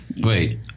Wait